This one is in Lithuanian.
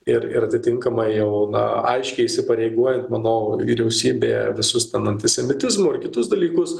ir ir atitinkamai jau na aiškiai įsipareigojant manau vyriausybė visus ten antisemitizmo ir kitus dalykus